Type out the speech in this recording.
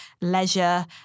leisure